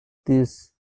this